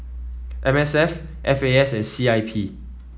M S F F A S C I P